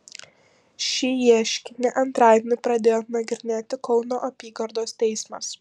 šį ieškinį antradienį pradėjo nagrinėti kauno apygardos teismas